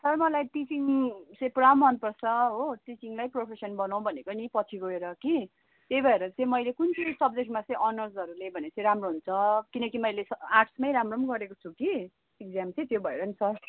sir मलाई teaching चाहिँ पुरा मनपर्छ हो टिचिङलाई प्रोफेसन बनाउँ भनेको नि पछि गएर कि त्यही भएर चाहिँ मैले कुन चाहिँ सब्जेक्टमा चाहिँ अनर्सहरू लिएँ भने चाहिँ किनकि मैले आर्टस मै राम्रो पनि गरेको छु कि इक्जाम कि त्यो भएर नि सर